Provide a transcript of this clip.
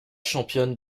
championne